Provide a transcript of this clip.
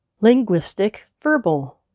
linguistic-verbal